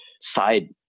side